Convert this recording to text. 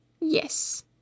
Yes